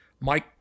Mike